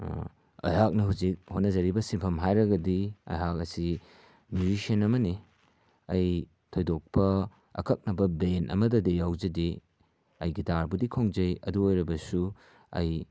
ꯑꯩꯍꯥꯛꯅ ꯍꯧꯖꯤꯛ ꯍꯣꯠꯅꯖꯔꯤꯕ ꯁꯤꯟꯐꯝ ꯍꯥꯏꯔꯒꯗꯤ ꯑꯩꯍꯥꯛ ꯑꯁꯤ ꯃ꯭ꯌꯨꯖꯤꯁꯤꯌꯥꯅ ꯑꯃꯅꯤ ꯑꯩ ꯊꯣꯏꯗꯣꯛꯄ ꯑꯀꯛꯅꯕ ꯕꯦꯟ ꯑꯃꯗꯗꯤ ꯌꯥꯎꯖꯗꯦ ꯑꯩ ꯒꯤꯇꯥꯔꯕꯨꯗꯤ ꯈꯣꯡꯖꯩ ꯑꯗꯨ ꯑꯣꯏꯔꯕꯁꯨ ꯑꯩ